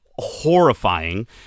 horrifying